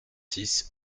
six